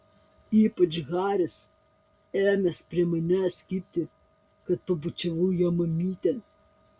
ypač haris ėmęs prie manęs kibti kad pabučiavau jo mamytę